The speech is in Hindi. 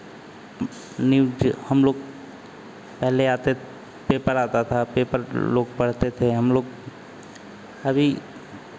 न्यूज़ हम लोग पहले आते पेपर आता था पेपर लोग पढ़ते थे हम लोग अभी